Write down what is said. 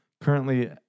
currently